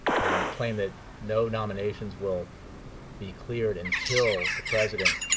and claim that no nominations will be cleared until the president